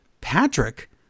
Patrick